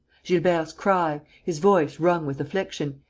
gilbert's cry, his voice wrung with affliction,